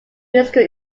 musical